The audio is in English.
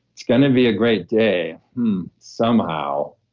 it's going to be a great day somehow,